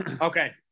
Okay